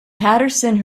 patterson